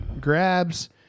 grabs